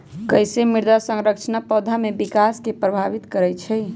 कईसे मृदा संरचना पौधा में विकास के प्रभावित करई छई?